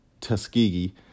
Tuskegee